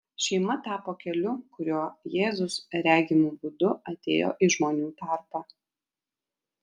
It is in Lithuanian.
šeima tapo keliu kuriuo jėzus regimu būdu atėjo į žmonių tarpą